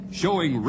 showing